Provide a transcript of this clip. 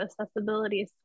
accessibility